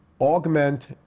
augment